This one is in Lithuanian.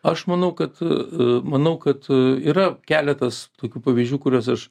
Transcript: aš manau kad a manau kad a yra keletas tokių pavyzdžių kuriuos aš